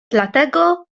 dlatego